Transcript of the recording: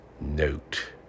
note